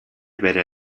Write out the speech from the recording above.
bere